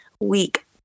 week